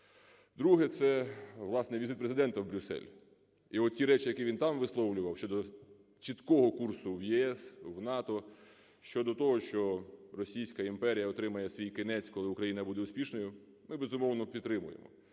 Друге – це, власне, візит Президента у Брюссель. І от ті речі, які він там висловлював: щодо чіткого курсу в ЄС, в НАТО, щодо того, що Російська імперія отримає свій кінець, коли Україна буде успішною, - ми, безумовно, підтримуємо.